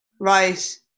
Right